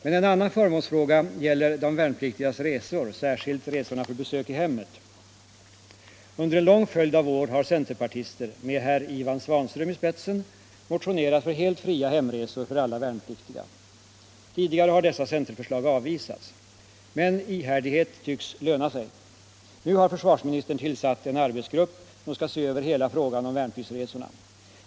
En annan förmånsfråga gäller de värnpliktigas resor, särskilt resorna för besök i hemmet. Under en lång följd av år har centerpartister — med herr Ivan Svanström i spetsen —- motionerat om helt fria hemresor för alla värnpliktiga. Tidigare har dessa centerförslag avvisats. Men ihärdighet tycks löna sig. Nu har försvarsministern tillsatt en arbetsgrupp som skall se över hela frågan om värnpliktsresorna.